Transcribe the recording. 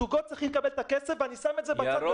הזוגות צריכים לקבל את הכסף ואני שם את זה בצד,